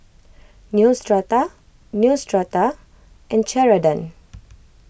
Neostrata Neostrata and Ceradan